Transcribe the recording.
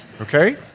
okay